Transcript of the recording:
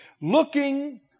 looking